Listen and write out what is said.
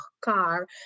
car